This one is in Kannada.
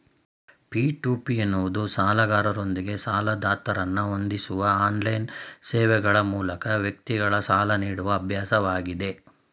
ಪಿ.ಟು.ಪಿ ಎನ್ನುವುದು ಸಾಲಗಾರರೊಂದಿಗೆ ಸಾಲದಾತರನ್ನ ಹೊಂದಿಸುವ ಆನ್ಲೈನ್ ಸೇವೆಗ್ಳ ಮೂಲಕ ವ್ಯಕ್ತಿಗಳು ಸಾಲ ನೀಡುವ ಅಭ್ಯಾಸವಾಗಿದೆ